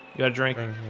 got drinking.